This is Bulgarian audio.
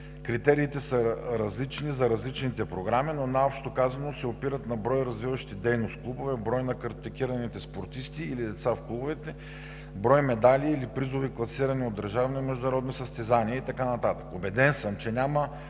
Критериите са различни за различните програми – най-общо казано, се опират на брой развиващи дейност клубове, брой на картотекираните спортисти или деца в клубовете, брой медали или призови класирания от държавно и международно състезание и така нататък. Убеден съм, че няма